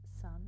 sun